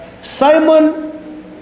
Simon